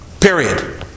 Period